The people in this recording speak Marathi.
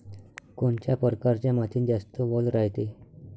कोनच्या परकारच्या मातीत जास्त वल रायते?